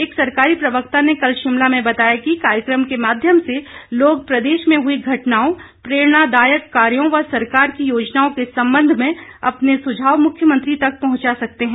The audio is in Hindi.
एक सरकारी प्रवक्ता ने कल शिमला में बताया कि कार्यक्रम के माध्यम से लोग प्रदेश में हुई घटनाओं प्रेरणादायक कार्यों व सरकार की योजनाओं के संबंध में अपने सुझाव अपने मुख्यमंत्री तक पहुंचा सकते हैं